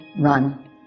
run